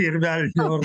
ir velnio